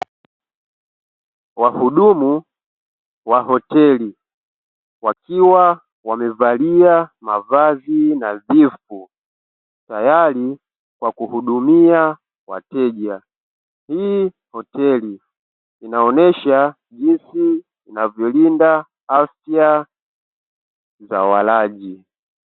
Wahudumu wa hoteli wakiwa wamevalia mavazi nadhifu tayari kwa kuhudumia wateja. Hii hoteli inaonyesha jinsi inavyolinda afya za walaji.